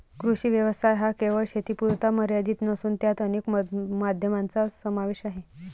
कृषी व्यवसाय हा केवळ शेतीपुरता मर्यादित नसून त्यात अनेक माध्यमांचा समावेश आहे